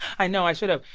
i know, i should have.